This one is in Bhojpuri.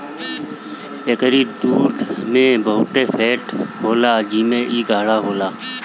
एकरी दूध में बहुते फैट होला जेसे इ गाढ़ होला